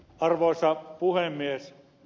arvoisa puhemies